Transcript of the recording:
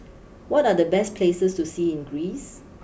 what are the best places to see in Greece